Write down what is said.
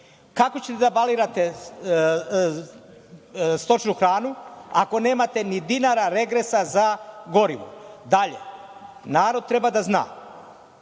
Kako ćete da balirate stočnu hranu, ako nemate ni dinara regresa za gorivo? Dalje, narod treba da zna